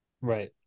Right